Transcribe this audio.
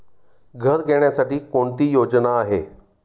घर घेण्यासाठी कोणती योजना आहे?